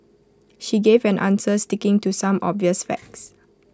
she gave an answer sticking to some obvious facts